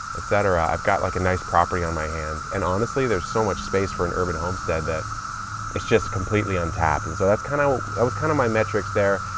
et cetera, i've got like a nice property on my hands. and honestly, there's so much space for an urban homestead that it's just completely untapped. and so that's kinda, kind of that was kinda my metrics there.